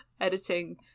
Editing